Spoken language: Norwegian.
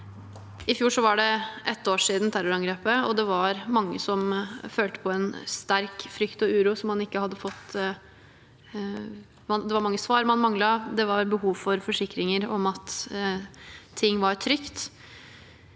I fjor var det ett år siden terrorangrepet, og det var mange som følte på en sterk frykt og uro. Det var mange svar man manglet, og det var behov for forsikringer om at ting var trygt.